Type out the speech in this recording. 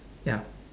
ya